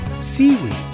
Seaweed